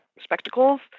spectacles